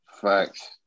Facts